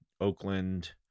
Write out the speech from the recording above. Oakland